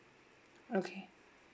okay